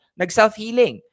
nag-self-healing